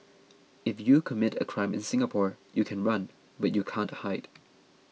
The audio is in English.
if you commit a crime in Singapore you can run but you can't hide